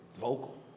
vocal